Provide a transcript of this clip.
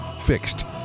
fixed